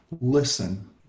Listen